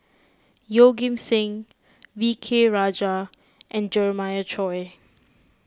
Yeoh Ghim Seng V K Rajah and Jeremiah Choy